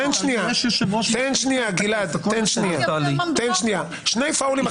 הכנסת עשתה שני פאוולים.